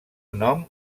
nom